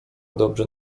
dobrze